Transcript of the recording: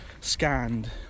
scanned